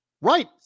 Right